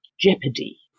jeopardy